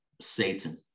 satan